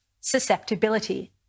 susceptibility